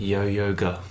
Yo-yoga